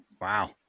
Wow